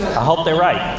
i hope they're right.